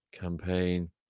campaign